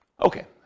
Okay